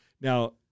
Now